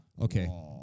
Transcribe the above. Okay